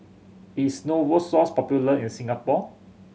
is Novosource popular in Singapore